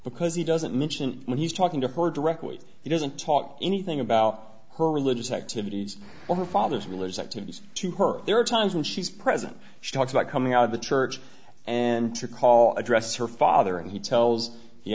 because he doesn't mention when he's talking to her directly he doesn't talk anything about her religious activities or her father's will is activities to her there are times she's present she talks about coming out of the church and to call address her father and he tells